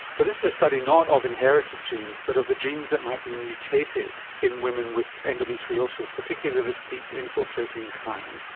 but this is a study not of inherited genes but of the genes that might be mutated in women with endometriosis particularly of this deep infiltrating kind,